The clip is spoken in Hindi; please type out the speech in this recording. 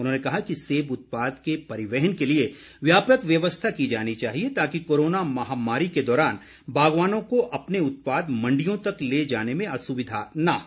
उन्होंने कहा कि सेब उत्पाद के परिवहन के लिए व्यापक व्यवस्था की जानी चाहिए ताकि कोरोना महामारी के दौरान बागवानों को अपने उत्पाद मंडियों तक ले जाने में असुविधा न हो